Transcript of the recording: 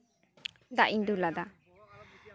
ᱫᱟᱜ ᱤᱧ ᱫᱩᱞ ᱟᱫᱟ